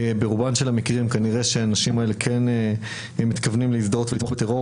ברוב המקרים כנראה שהאנשים האלה כן מתכוונים להזדהות ולתמוך בטרור